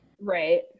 Right